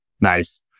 Nice